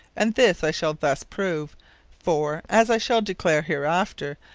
and this i shall thus prove for, as i shall declare hereafter,